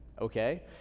Okay